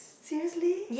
seriously